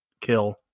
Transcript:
kill